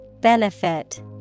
Benefit